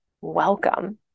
welcome